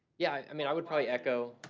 yeah. i mean, i would probably echo.